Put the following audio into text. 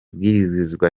bwirizwa